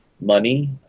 money